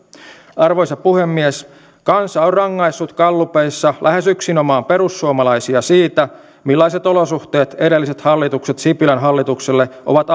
arvoisa puhemies kansa on rangaissut gallupeissa lähes yksinomaan perussuomalaisia siitä millaiset olosuhteet edelliset hallitukset sipilän hallitukselle ovat